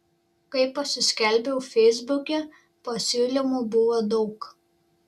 kai pasiskelbiau feisbuke pasiūlymų buvo daug